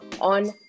on